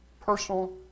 personal